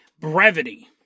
brevity